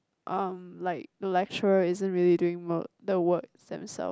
um like lecturer isn't really doing work the work themselves